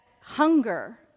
hunger